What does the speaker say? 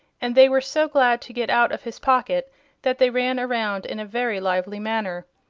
and they were so glad to get out of his pocket that they ran around in a very lively manner.